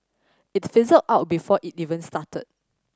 it fizzled out before it even started